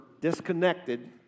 disconnected